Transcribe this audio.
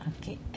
Okay